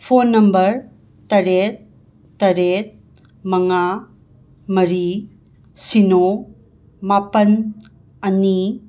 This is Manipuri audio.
ꯐꯣꯟ ꯅꯝꯕꯔ ꯇꯔꯦꯠ ꯇꯔꯦꯠ ꯃꯉꯥ ꯃꯔꯤ ꯁꯤꯅꯣ ꯃꯥꯄꯟ ꯑꯅꯤ